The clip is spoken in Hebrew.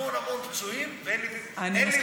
המון המון פצועים, אני מסכימה איתך.